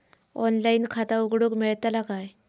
Online खाता उघडूक मेलतला काय?